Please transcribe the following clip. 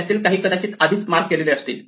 त्यातील काही कदाचित आधीच मार्क केलेले असतील